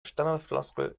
standardfloskel